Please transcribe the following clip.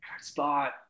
spot